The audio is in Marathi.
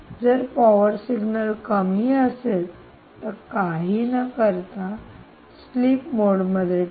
जर पॉवर सिग्नल कमी असेल तर काही न करता स्लीप मोडमध्ये ठेवा